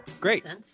Great